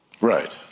Right